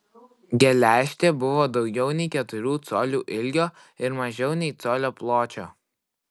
geležtė buvo daugiau nei keturių colių ilgio ir mažiau nei colio pločio